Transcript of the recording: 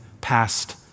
past